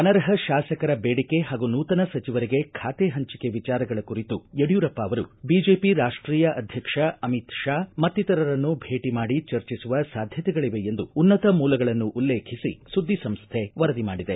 ಅನರ್ಹ ಶಾಸಕರ ಬೇಡಿಕೆ ಹಾಗೂ ನೂತನ ಸಚಿವರಿಗೆ ಖಾತೆ ಹಂಚಿಕೆ ವಿಚಾರಗಳ ಕುರಿತು ಯಡಿಯೂರಪ್ಪ ಅವರು ಬಿಜೆಪಿ ರಾಷ್ವೀಯ ಅಧ್ಯಕ್ಷ ಅಮಿತ್ ಶಾ ಮತ್ತಿತರರನ್ನು ಭೇಟ ಮಾಡಿ ಚರ್ಚಿಸುವ ಸಾಧ್ಯತೆಗಳವೆ ಎಂದು ಉನ್ನತ ಮೂಲಗಳನ್ನು ಉಲ್ಲೇಖಿಸಿ ಸುದ್ದಿ ಸಂಸ್ಥೆ ವರದಿ ಮಾಡಿದೆ